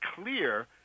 clear